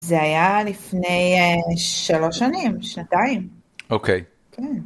זה היה לפני שלוש שנים, שנתיים. אוקיי. כן